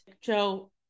Joe